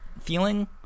feeling